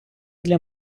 для